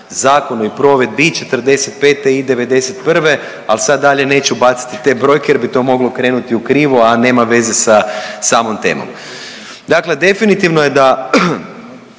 zakonu i provedbi i '45. i '91., al sad dalje neću bacati te brojke jer bi to moglo krenuti u krivu, a nema veze sa samom temom. Dakle, definitivno je da